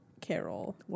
Carol